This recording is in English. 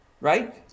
right